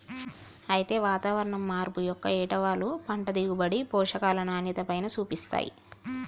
అయితే వాతావరణం మార్పు యొక్క ఏటవాలు పంట దిగుబడి, పోషకాల నాణ్యతపైన సూపిస్తాయి